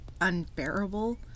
unbearable